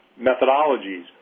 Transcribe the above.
methodologies